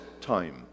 time